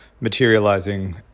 Materializing